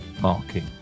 marking